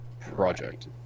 project